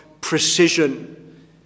precision